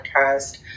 podcast